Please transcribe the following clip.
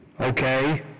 Okay